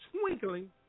twinkling